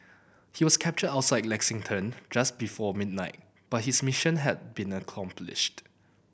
he was captured outside Lexington just before midnight but his mission had been accomplished